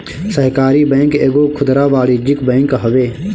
सहकारी बैंक एगो खुदरा वाणिज्यिक बैंक हवे